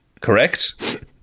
Correct